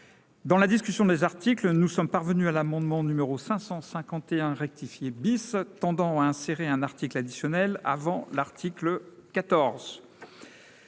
Dans la discussion des articles, nous en sommes parvenus à l’amendement n° 551 rectifié tendant à insérer un article additionnel avant l’article 14.